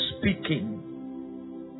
speaking